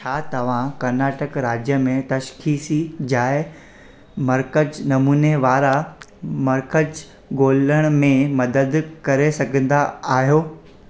छा तव्हां कर्नाटका राज्य में तशख़ीसी जाए मर्कज़ नमूने वारा मर्कज़ ॻोल्हण में मदद करे सघंदा आहियो